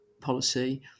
policy